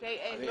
נכון,